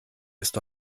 ist